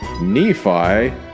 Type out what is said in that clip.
Nephi